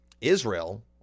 Israel